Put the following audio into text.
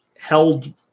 held